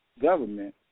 government